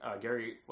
Gary